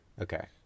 Okay